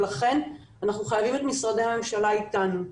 ולכן אנחנו חייבים את משרדי הממשלה אתנו.